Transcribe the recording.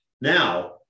Now